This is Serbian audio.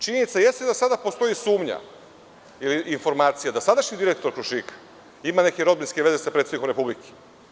Činjenica jeste da sada postoji sumnja ili informacija da sadašnji direktor „Krušika“ ima neke rodbinske veze sa predsednikom Republike.